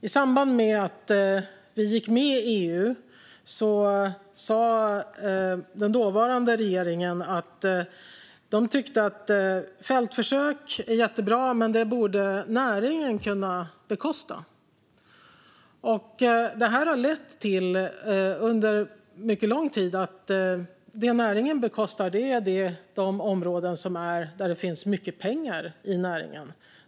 I samband med att vi gick med i EU sa den dåvarande regeringen att fältförsök är jättebra men borde bekostas av näringen. Det här har lett till att det under mycket lång tid varit så att det näringen bekostar är de områden där det finns mycket pengar i näringen.